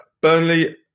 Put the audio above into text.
Burnley